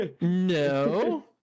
No